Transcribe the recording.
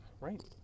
right